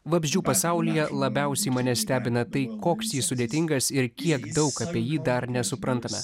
vabzdžių pasaulyje labiausiai mane stebina tai koks jis sudėtingas ir kiek daug apie jį dar nesuprantame